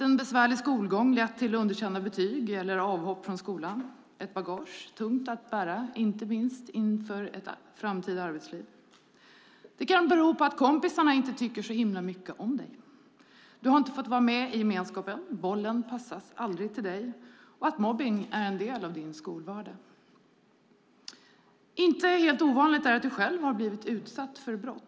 En besvärlig skolgång kan ha lett till underkända betyg eller avhopp från skolan, ett bagage tungt att bära inte minst inför ett framtida arbetsliv. Det kan bero på att kompisarna inte tycker så himla mycket om dig. Du får inte vara med i gemenskapen, bollen passas aldrig till dig och mobbning är en del av din skolvardag. Inte helt ovanligt är att du själv har blivit utsatt för brott.